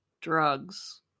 drugs